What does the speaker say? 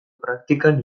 praktikan